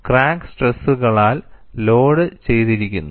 crack സ്ട്രെസ്സുകളാൽ load ചെയ്തിരിക്കുന്നു